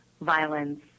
violence